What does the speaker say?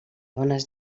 bones